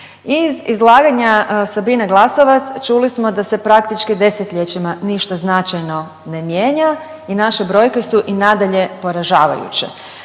Iz izlaganja Sabine Glasovac čuli smo da se praktički 10-ljećima ništa značajno ne mijenja i naše brojke su i nadalje poražavajuće.